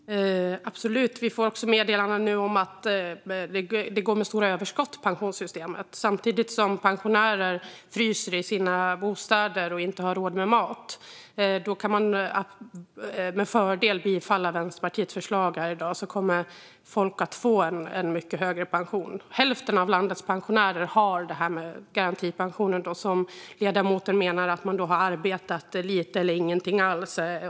Herr talman! Vi får nu också meddelanden om att pensionssystemet går med stora överskott samtidigt som pensionärer fryser i sina bostäder och inte har råd med mat. Då kan man med fördel bifalla Vänsterpartiets förslag här i dag. Då kommer folk att få en mycket högre pension. Hälften av landets pensionärer har garantipension, som ledamoten Ulrika Heindorff menar betalas ut till dem som har arbetat lite eller inget alls.